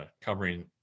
covering